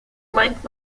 meint